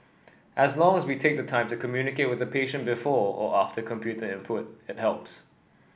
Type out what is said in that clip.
as long as we take the time to communicate with a patient before or after computer input it helps